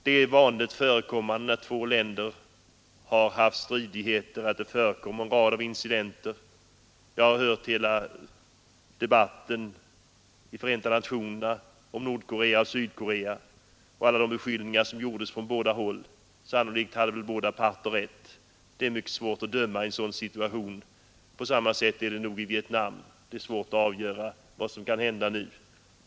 Det är vanligt när två länder varit i krig med varandra att det därefter förekommer incidenter. Jag åhörde hela debatten i Förenta nationerna om Nordoch Sydkorea med alla beskyllningar som gjordes från båda håll. Sannolikt hade båda parter i viss mån rätt, men det är mycket svårt att döma i en sådan situation. På samma sätt är det nog i Vietnam, det är svårt att avgöra vad som kommer att hända nu.